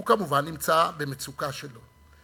הוא כמובן נמצא במצוקה שלו.